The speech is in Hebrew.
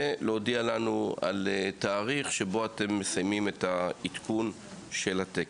ולהודיע לנו על תאריך שבו אתם מסיימים את העדכון של התקן.